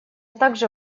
также